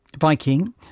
Viking